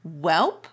welp